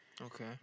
Okay